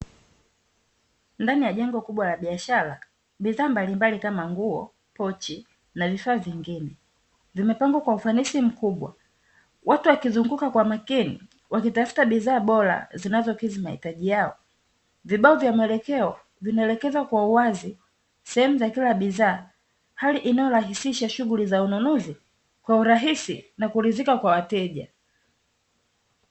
Ndani ya jengo kubwa la biashara bidhaa mbalimbali kama vile nguo, pochi, na vifaa vingine vimepangwa kwa ufanisi mkubwa, watu wakizunguka kwa umakini wakitafuta bidhaa bora zinazokidhi mahitaji yao, vibao vya maelekezo vinaelekeza kwa uwazi sehemu za kila bidhaa hali inayorahisisha shughuli za ununuzi kwa urahisi na kuridhika kwa wateja.